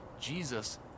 jesus